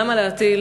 למה להטיל